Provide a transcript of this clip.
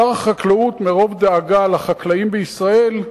שר החקלאות, מרוב דאגה לחקלאים בישראל,